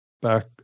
back